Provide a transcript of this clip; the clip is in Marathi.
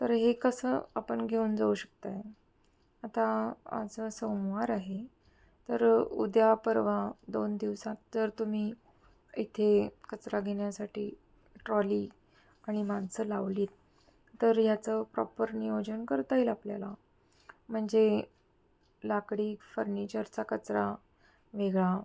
तर हे कसं आपण घेऊन जाऊ शकत आहे आता आज सोमवार आहे तर उद्या परवा दोन दिवसात जर तुम्ही इथे कचरा घेण्यासाठी ट्रॉली आणि माणसं लावलीत तर ह्याचं प्रॉपर नियोजन करता येईल आपल्याला म्हणजे लाकडी फर्निचरचा कचरा वेगळा